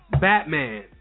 Batman